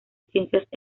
ciencias